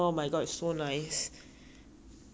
it's like a mer~ it's like mermaid cut lor